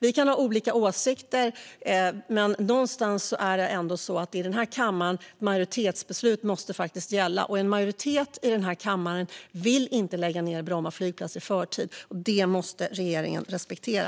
Vi kan ha olika åsikter, men i den här kammaren måste majoritetsbeslut gälla. En majoritet i den här kammaren vill inte lägga ned Bromma flygplats i förtid. Det måste regeringen respektera.